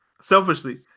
Selfishly